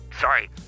sorry